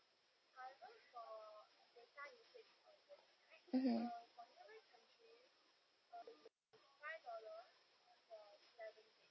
mmhmm